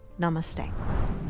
Namaste